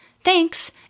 Thanks